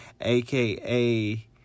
aka